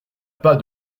pas